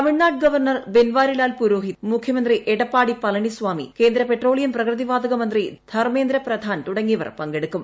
Tamil Nadu governor Banwarilal Purohit മുഖ്യമന്ത്രി എടപ്പാടി പളനിസ്വാമി കേന്ദ്ര petroleum പ്രകൃതി വാതക മന്ത്രി ധർമ്മേന്ദ്ര പ്രധാൻ തുടങ്ങിയവർ പങ്കെടുക്കും